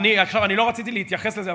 אני לא רציתי להתייחס לזה,